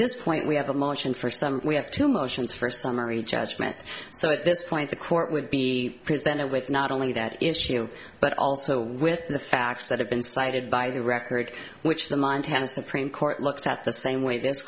this point we have a motion for some we have two motions for summary judgment so at this point the court would be presented with not only that issue but also with the facts that have been cited by the record which the montana supreme court looks at the same way th